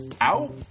out